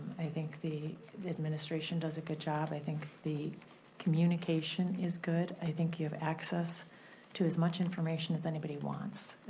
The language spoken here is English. i think the administration does a good job. i think the communication is good. i think you have access to as much information as anybody wants.